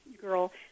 girl